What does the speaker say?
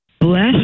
bless